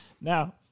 Now